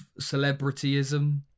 celebrityism